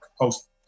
post